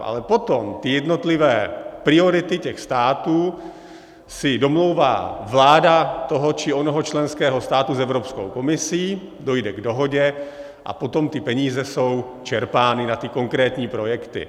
Ale potom ty jednotlivé priority těch států si domlouvá vláda toho či onoho členského státu s Evropskou komisí, dojde k dohodě a potom ty peníze jsou čerpány na ty konkrétní projekty.